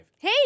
Hey